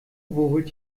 holt